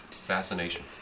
fascination